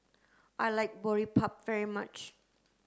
I like Boribap very much